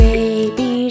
Baby